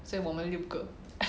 所以我们六个